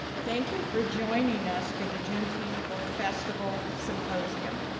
thank you for joining us for the juneteenth book festival symposium.